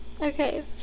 Okay